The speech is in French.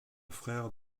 frère